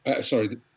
Sorry